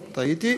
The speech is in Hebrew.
טעיתי.